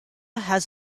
has